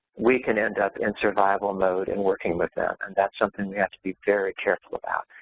we can end up in survival mode in working with them and that's something we have to be very careful about.